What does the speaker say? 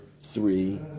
three